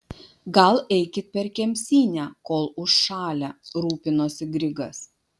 gal eikit per kemsynę kol užšalę rūpinosi grigas